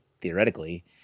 theoretically